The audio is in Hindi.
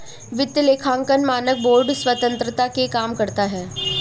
वित्तीय लेखांकन मानक बोर्ड स्वतंत्रता से काम करता है